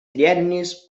triennis